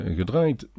gedraaid